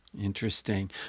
Interesting